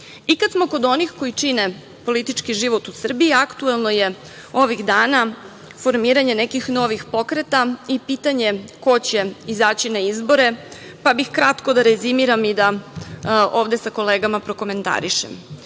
kad smo kod onih koji čine politički život u Srbiji aktuelno je ovih dana formiranje nekih novih pokreta i pitanje ko će izaći na izbore, pa bih kratko da rezimiram i da ovde sa kolegama prokomentarišem. Imamo